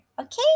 okay